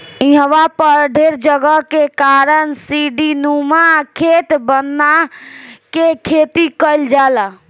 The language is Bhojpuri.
इहवा पर ढेर जगह के कारण सीढ़ीनुमा खेत बना के खेती कईल जाला